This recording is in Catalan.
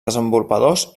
desenvolupadors